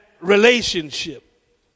relationship